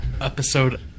episode